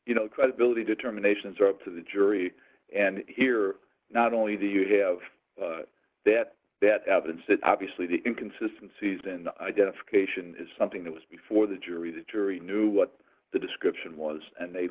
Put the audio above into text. you know credibility determinations up to the jury and here not only do you have that that evidence that obviously the inconsistent seized and identification is something that was before the jury the jury knew what the description was and they